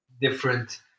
different